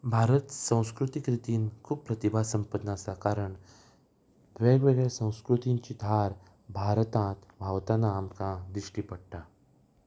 भारत संस्कृतीक रितीन खूब प्रतिभा संपन्न आसा कारण वेगवेगळ्या संस्कृतींची धार भारतांत व्हांवताना आमकां दिश्टी पडटा